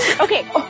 Okay